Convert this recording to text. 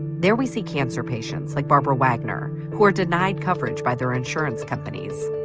there we see cancer patients like barbara wagner who are denied coverage by their insurance companies.